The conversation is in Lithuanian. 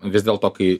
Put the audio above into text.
vis dėl to kai